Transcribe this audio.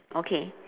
okay